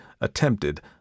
attempted